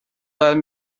let